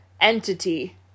entity